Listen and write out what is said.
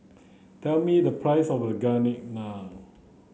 tell me the price of garlic naan